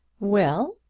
well?